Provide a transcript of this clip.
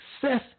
success